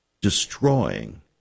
destroying